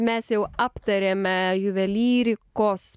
mes jau aptarėme juvelyrikos